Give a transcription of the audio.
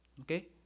Okay